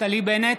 נפתלי בנט,